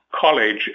college